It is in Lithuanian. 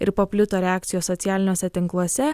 ir paplito reakcijos socialiniuose tinkluose